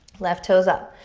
left toe's up.